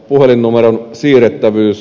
puhelinnumeron siirrettävyys